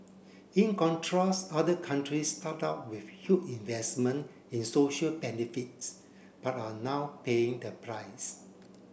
in contrast other countries start out with huge investment in social benefits but are now paying the price